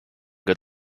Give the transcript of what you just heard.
good